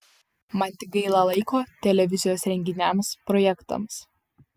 man tik gaila laiko televizijos renginiams projektams